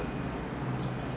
but actually